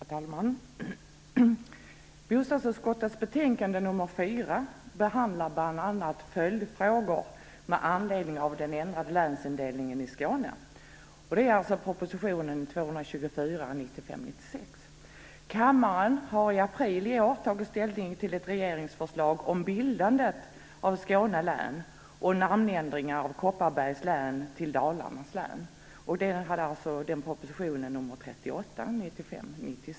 Herr talman! Bostadsutskottets betänkande nr 4 behandlar bl.a. följdfrågor med anledning av den ändrade länsindelningen i Skåne. Det gäller proposition 1995 96:38, om bildandet av Skåne län och namnändring av Kopparbergs län till Dalarnas län.